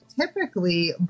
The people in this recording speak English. typically